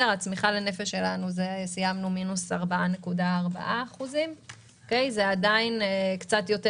בצמיחה לנפש שלנו סיימנו במינוס 4.4%. זה עדיין קצת יותר